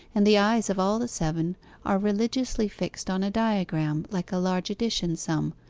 and the eyes of all the seven are religiously fixed on a diagram like a large addition sum,